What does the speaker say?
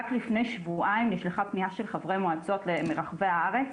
רק לפני שבועיים נשלחה פניה של חברי מועצות מרחבי הארץ